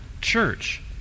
church